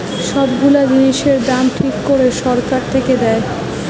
সব গুলা জিনিসের দাম ঠিক করে সরকার থেকে দেয়